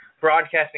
broadcasting